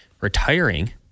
retiring